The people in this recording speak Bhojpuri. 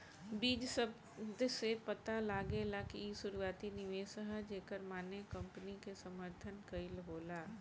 बीज शब्द से पता लागेला कि इ शुरुआती निवेश ह जेकर माने कंपनी के समर्थन कईल होला